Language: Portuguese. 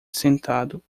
sentado